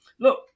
Look